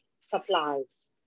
supplies